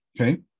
Okay